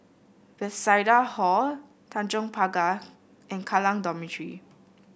Bethesda Hall Tanjong Pagar and Kallang Dormitory